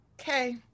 Okay